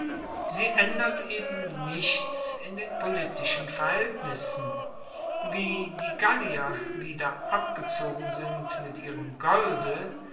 sie aendert eben nichts in den politischen verhaeltnissen wie die gallier wieder abgezogen sind mit ihrem golde